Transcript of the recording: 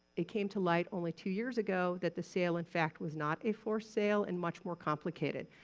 it came to light only two years ago that the sale, in fact, was not a forced sale and much more complicated.